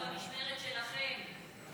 7 באוקטובר במשמרת שלכם.